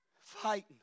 fighting